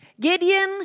Gideon